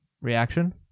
Reaction